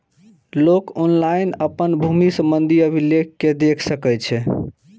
लोक ऑनलाइन अपन भूमि संबंधी अभिलेख कें देख सकै छै